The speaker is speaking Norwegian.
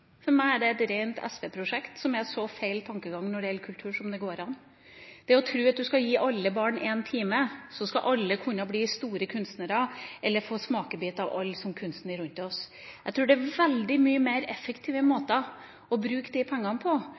For meg er det et rent SV-prosjekt som er så feil tankegang når det gjelder kultur, som det går an: Det å tro at hvis du gir alle barn én time, skal alle kunne bli store kunstnere eller få en smakebit av all kunsten rundt oss. Jeg tror det er veldig mange flere effektive måter å bruke de pengene på